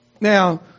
Now